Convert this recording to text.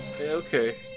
Okay